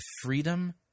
freedom